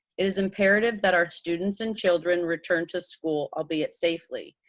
it is imperative that our students and children return to school, albeit safely,